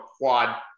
quad